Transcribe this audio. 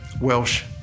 Welsh